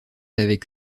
avec